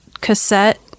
cassette